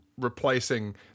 replacing